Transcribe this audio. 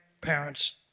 parents